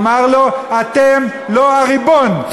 אמר לו: אתם לא הריבון,